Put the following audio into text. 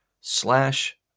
slash